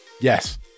Yes